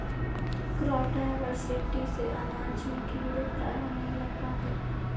crop diversity से अनाज में कीड़े प्रायः नहीं लग पाते हैं